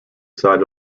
side